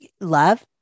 love